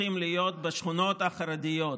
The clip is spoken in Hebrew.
הולכות להיות בשכונות החרדיות.